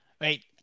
right